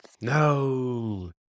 No